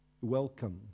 welcome